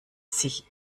sich